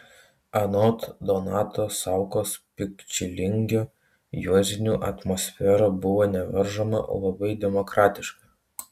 anot donato saukos pikčilingio juozinių atmosfera buvo nevaržoma labai demokratiška